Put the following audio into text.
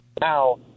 now